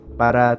para